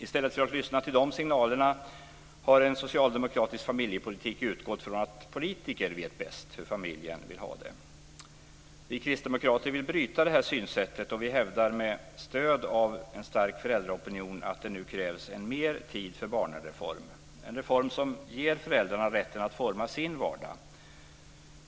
I stället för att lyssna till de signalerna har en socialdemokratisk familjepolitik utgått från att politiker vet bäst hur familjen vill ha det. Vi kristdemokrater vill bryta detta synsätt. Vi hävdar med stöd av en stark föräldraopinion att det nu krävs en "mer-tid-för-barnen-reform". En reform som ger föräldrarna rätten att forma sin vardag.